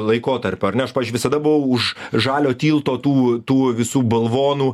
laikotarpio ar ne aš pavyzdžiui visada buvau už žalio tilto tų tų visų balvonų